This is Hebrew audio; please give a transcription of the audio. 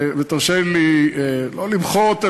ותרשה לי לא למחות,